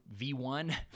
V1